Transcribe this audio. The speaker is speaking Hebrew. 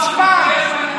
חוצפן.